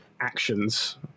actions